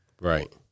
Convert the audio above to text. Right